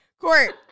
Court